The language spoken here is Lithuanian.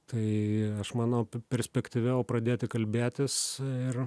tai aš manau perspektyviau pradėti kalbėtis ir